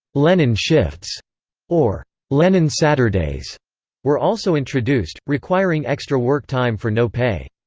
lenin shifts or lenin saturdays were also introduced, requiring extra work time for no pay.